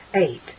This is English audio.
eight